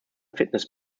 fitness